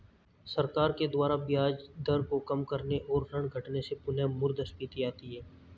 सरकार के द्वारा ब्याज दर को काम करने और ऋण घटाने से पुनःमुद्रस्फीति आती है